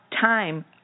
time